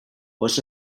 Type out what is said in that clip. was